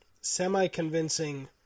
semi-convincing